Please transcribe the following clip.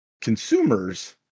consumers